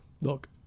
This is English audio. look